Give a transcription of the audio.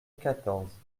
quatorze